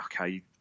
okay